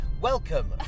Welcome